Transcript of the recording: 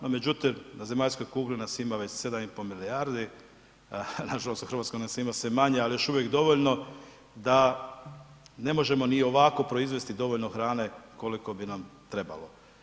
No, međutim, na zemaljskoj kugli nas ima već 7,5 milijardi, nažalost u RH nas ima sve manje, al još uvijek dovoljno da ne možemo ni ovako proizvesti dovoljno hrane koliko bi nam trebalo.